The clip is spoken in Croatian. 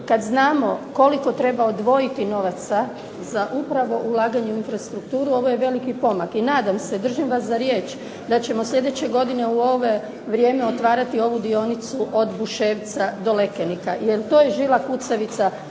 kad znamo koliko treba odvojiti novaca za upravo ulaganje u infrastrukturu, ovo je veliki pomak i nadam se, držim vas za riječ da ćemo sljedeće godine u ove vrijeme otvarati ovu dionicu od Buševca do Lekenika, to je žila kukavica